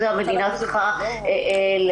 את זה המדינה צריכה לממן,